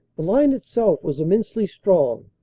the line itself was immensely strong,